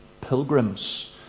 pilgrims